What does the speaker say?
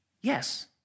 Yes